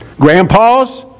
grandpas